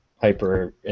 hyper